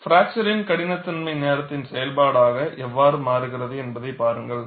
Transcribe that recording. fracture கடினத்தன்மை நேரத்தின் செயல்பாடாக எவ்வாறு மாறுகிறது என்பதைப் பாருங்கள்